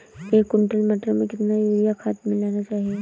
एक कुंटल मटर में कितना यूरिया खाद मिलाना चाहिए?